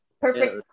perfect